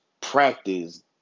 practice